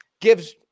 gives